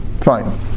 Fine